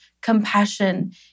compassion